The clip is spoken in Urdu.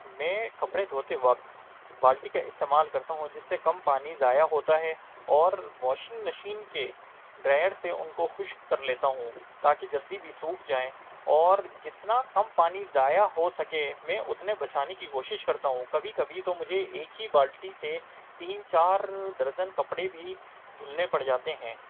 میں کپڑے دھوتے وقت بالٹی کا استعمال کرتا ہوں جس سے کم پانی ضائع ہوتا ہے اور واشنگ مشین کے ڈرائر سے ان کو خشک کر لیتا ہوں تاکہ جلدی بھی سوکھ جائیں اور جتنا کم پانی ضائع ہو سکے میں اتنے بچانے کی کوشش کرتا ہوں کبھی کبھی تو مجھے ایک ہی بالٹی سے تین چار درجن کپڑے بھی دھلنے پڑ جاتے ہیں